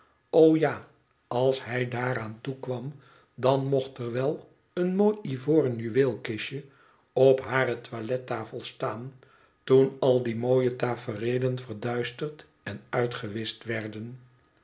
o ja als hij daaraan toe kwam dan mocht er wel een mooi ivoren juweelkistje op hare toilettafel staan toen al die mooie tafereelen verduisterd en uitgewischt werden